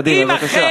קדימה, בבקשה.